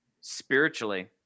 spiritually